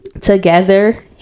together